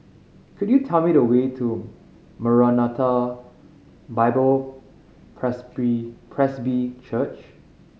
could you tell me the way to Maranatha Bible Presby Presby Church